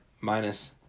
minus